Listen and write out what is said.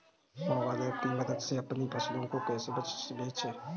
Mobile app की मदद से अपनी फसलों को कैसे बेचें?